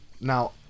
now